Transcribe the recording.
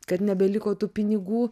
kad nebeliko tų pinigų